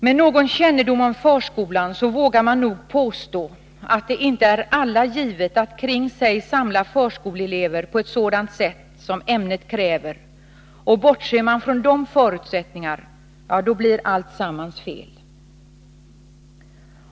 Med någon kännedom om förskolan vågar man nog påstå att det inte är alla givet att kring sig samla förskoleelever på ett sådant sätt som ämnet kräver, och bortser man från den förutsättningen, blir alltsammans fel.